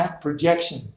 projection